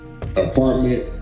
apartment